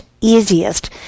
easiest